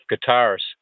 guitars